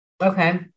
Okay